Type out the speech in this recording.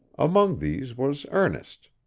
among these was ernest.